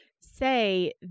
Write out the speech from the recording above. say